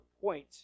point